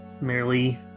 merely